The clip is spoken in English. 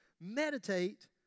meditate